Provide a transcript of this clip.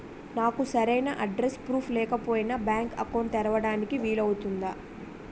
నాకు సరైన address proof లేకపోయినా బ్యాంక్ అకౌంట్ తెరవడానికి వీలవుతుందా?